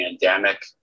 pandemic